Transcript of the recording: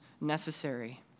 necessary